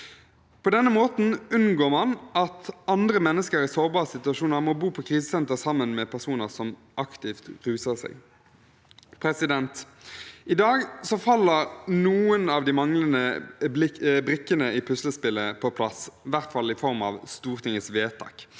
På denne måten unngår man at andre mennesker i sårbare situasjoner må bo på krisesenter sammen med personer som aktivt ruser seg. I dag faller noen av de manglende brikkene i puslespillet på plass, i hvert fall i form av Stortingets vedtak.